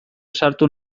sartu